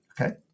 Okay